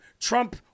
Trump